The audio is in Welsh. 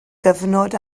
gyfnod